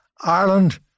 Ireland